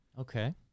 Okay